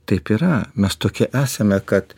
taip yra mes tokie esame kad